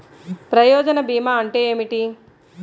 ప్రయోజన భీమా అంటే ఏమిటి?